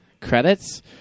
credits